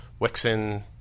Wixen